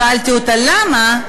שאלתי אותה למה,